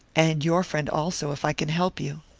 and your friend also, if i can help you.